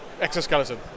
exoskeleton